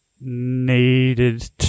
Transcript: needed